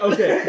Okay